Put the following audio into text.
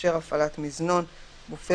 בתקנת משנה (ג1),